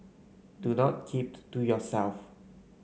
do not keep to yourself